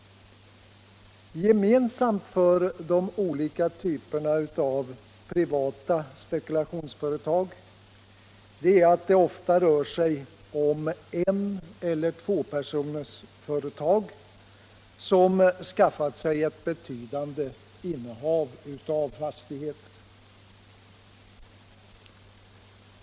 Gemensamt för den här typen av privata spekulationsföretag är att det ofta rör sig om eneller tvåpersonsföretag, som skaffat sig ett betydande innehav av fastigheter.